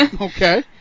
Okay